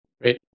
Great